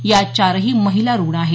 या चारही महिला रुग्ण आहेत